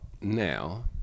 now